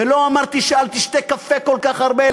ולא אמרתי שלא תשתה כל כך הרבה קפה,